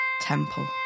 temple